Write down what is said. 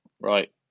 right